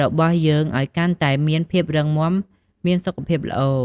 របស់យើងឲ្យកាន់តែមានភាពរឹងមាំ មានសុខភាពល្អ។